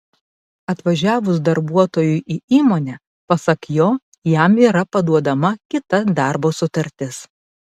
atvažiavus darbuotojui į įmonę pasak jo jam yra paduodama kita darbo sutartis